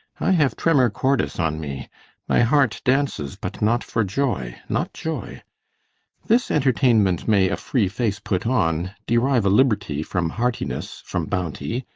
i have tremor cordis on me my heart dances but not for joy not joy this entertainment may a free face put on derive a liberty from heartiness, from bounty,